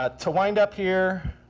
ah to wind up here,